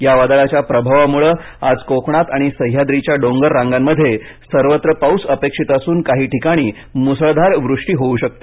या वादळाच्या प्रभावामुळे आज कोकणात आणि सह्याद्रीच्या डोंगररांगांमध्ये सर्वत्र पाऊस अपेक्षित असून काही ठिकाणी मुसळधार वृष्टी होऊ शकते